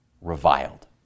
reviled